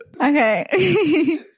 Okay